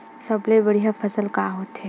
सबले बढ़िया फसल का होथे?